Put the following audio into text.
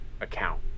account